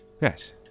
Yes